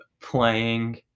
playing